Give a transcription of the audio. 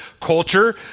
culture